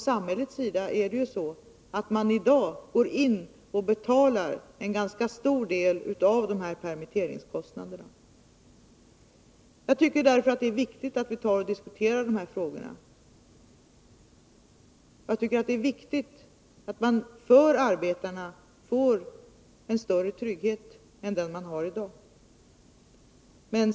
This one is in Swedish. Samhället går ju i dag in och betalar en ganska stor del av permitteringskostnaderna. Det är viktigt att vi diskuterar dessa frågor. Det är angeläget att arbetarna får en större trygghet än de har i dag.